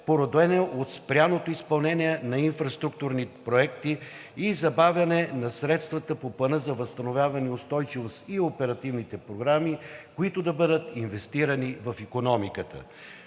породено от спряното изпълнение на инфраструктурни проекти и забавяне на средствата по Плана за възстановяване и устойчивост и оперативните програми, които да бъдат инвестирани в икономиката.